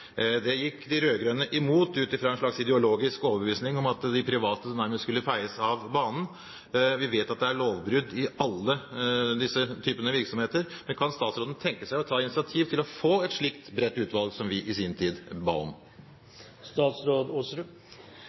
Det gikk de rød-grønne imot, ut fra en slags ideologisk overbevisning om at de private nærmest skulle feies av banen. Vi vet at det er lovbrudd i alle disse typene virksomheter. Men kan statsråden tenke seg å ta initiativ til å nedsette et slikt bredt utvalg som vi i sin tid ba om?